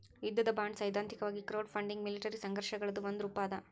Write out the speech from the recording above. ಯುದ್ಧದ ಬಾಂಡ್ಸೈದ್ಧಾಂತಿಕವಾಗಿ crowdfunding military ಸಂಘರ್ಷಗಳದ್ ಒಂದ ರೂಪಾ ಅದ